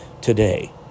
today